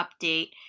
update